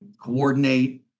coordinate